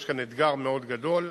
יש כאן אתגר מאוד גדול.